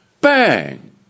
bang